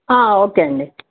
okay అండి